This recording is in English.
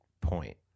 point